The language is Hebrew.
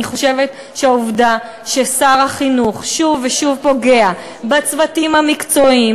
אני חושבת שהעובדה ששר החינוך שוב ושוב פוגע בצוותים המקצועיים,